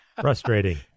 Frustrating